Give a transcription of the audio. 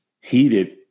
heated